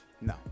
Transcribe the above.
No